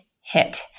hit